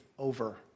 over